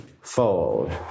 Fold